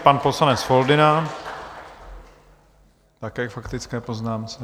Pan poslanec Foldyna, také k faktické poznámce.